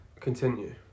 Continue